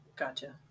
Gotcha